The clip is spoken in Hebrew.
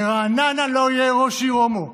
"ברעננה לא יהיה ראש עיר הומו"